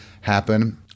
happen